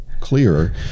clearer